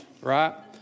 right